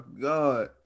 God